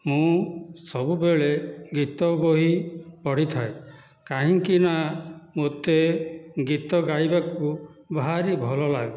ମୁଁ ସବୁବେଳେ ଗୀତ ବହି ପଢ଼ିଥାଏ କାହିଁକିନା ମତେ ମତେ ଗୀତ ଗାଇବାକୁ ଭାରି ଭଲ ଲାଗେ